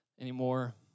anymore